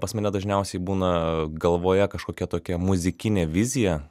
pas mane dažniausiai būna galvoje kažkokia tokia muzikinė vizija